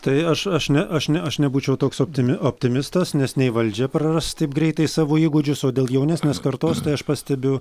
tai aš aš ne aš ne aš nebūčiau toks opti optimistas nes nei valdžia praras taip greitai savo įgūdžius o dėl jaunesnės kartos tai aš pastebiu